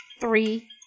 three